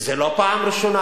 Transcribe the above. וזו לא פעם ראשונה.